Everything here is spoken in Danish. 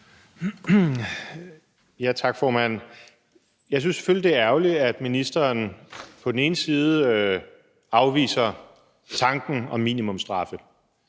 Tak, formand. Jeg synes selvfølgelig, det er ærgerligt, at ministeren afviser tanken om minimumsstraffe.